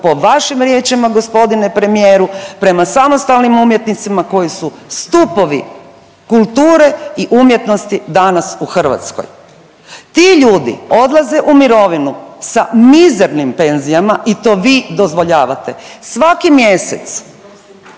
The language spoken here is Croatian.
Po vašim riječima gospodine premijeru, prema samostalnim umjetnicima koji su stupovi kulture i umjetnosti danas u Hrvatskoj. Ti ljudi odlaze u mirovinu sa mizernim penzijama i to vi dozvoljavate. Svaki mjesec